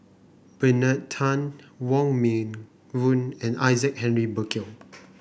Bernard Tan Wong Meng Voon and Isaac Henry Burkill